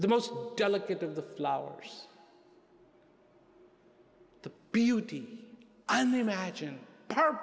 the most delicate of the flowers the beauty and the imagine her